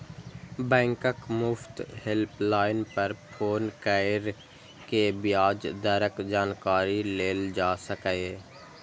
बैंकक मुफ्त हेल्पलाइन पर फोन कैर के ब्याज दरक जानकारी लेल जा सकैए